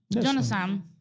Jonathan